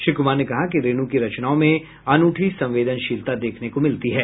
श्री कुमार ने कहा कि रेणु की रचनाओं में अनूठी संवेदनशीलता देखने को मिलती है